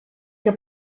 que